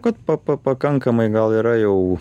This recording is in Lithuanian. kad pa pa pakankamai gal yra jau